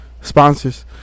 sponsors